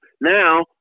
Now –